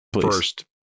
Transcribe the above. first